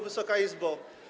Wysoka Izbo!